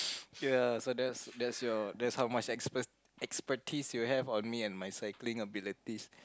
ya so that's that's your that's how much expert expertise you have on me and my cycling abilities